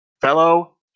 fellow